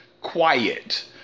quiet